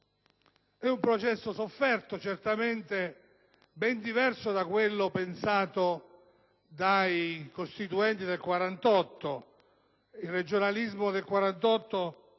È un processo sofferto, certamente ben diverso da quello pensato dai Costituenti nel 1948: il regionalismo del 1948